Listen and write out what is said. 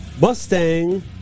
mustang